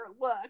look